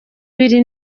biri